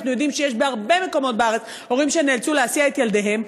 אנחנו יודעים שיש בהרבה מקומות בארץ הורים שנאלצו להסיע את ילדיהם.